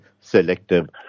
selective